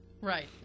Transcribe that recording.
right